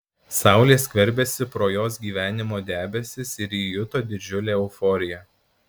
saulė skverbėsi pro jos gyvenimo debesis ir ji juto didžiulę euforiją